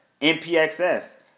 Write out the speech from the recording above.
NPXS